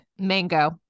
Mango